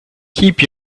keep